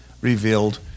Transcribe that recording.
revealed